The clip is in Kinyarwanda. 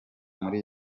muri